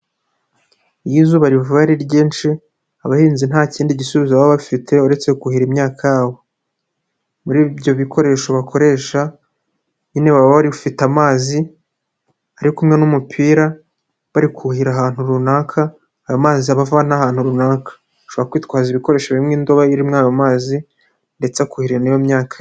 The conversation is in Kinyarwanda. Iyo izuba riva ari ryinshi, abahinzi nta kindi gisubizo baba bafite, uretse kuhira imyaka yabo. Muri ibyo bikoresho bakoresha, nyine baba bafite amazi ari kumwe n'umupira, bari kuhira ahantu runaka, aya mazi abava ahantu runaka. Ushobora kwitwaza ibikoresho birimo indobo irimo ayo mazi, ndetse Ukuhira iyo myaka.